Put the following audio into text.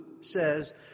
says